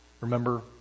Remember